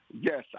yes